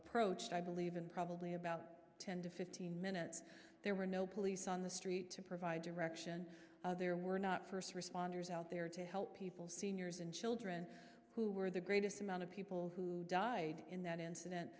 approach and i believe in probably about ten to fifteen minutes there were no police on the street to provide direction there were not first responders out there to help people seniors and children who were the greatest amount of people who died in that incident